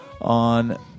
On